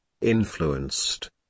influenced